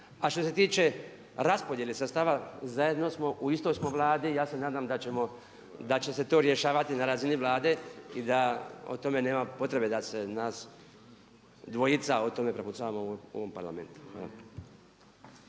A što se tiče raspodjele sredstava zajedno smo, u istoj smo Vladi. Ja se nadam da će se to rješavati na razini Vlade i da o tome nema potrebe da se nas dvojica o tome prepucavamo u ovom Parlamentu.